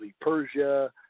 Persia